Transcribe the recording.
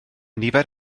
nifer